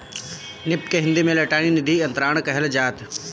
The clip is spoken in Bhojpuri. निफ्ट के हिंदी में इलेक्ट्रानिक निधि अंतरण कहल जात हवे